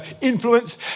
influence